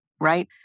right